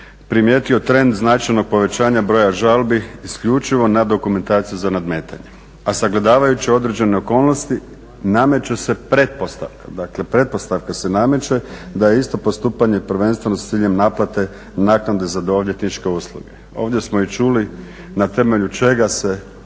primijetio trend značajnog povećanja broja žalbi isključivo na dokumentaciji za nadmetanja, a sagledavajući određene okolnosti nameće se pretpostavka da je isto postupanje prvenstveno s ciljem naplate naknade za odvjetničke usluge. Ovdje smo i čuli na temelju čega bi